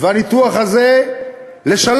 והניתוח הזה לשלוש,